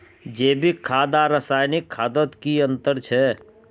जैविक खाद आर रासायनिक खादोत की अंतर छे?